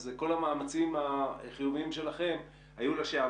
אז כל המאמצים החיוביים שלכם היו לשווא.